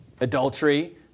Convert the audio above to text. adultery